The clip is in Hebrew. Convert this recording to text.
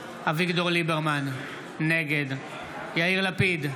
ליברמן, נגד יאיר לפיד,